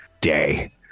day